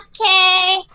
Okay